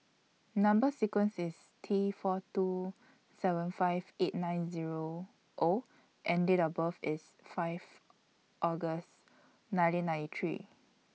Number sequence IS T four two seven five eight nine Zero O and Date of birth IS five August nineteen ninety three